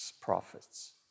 prophets